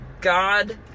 God